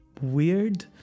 weird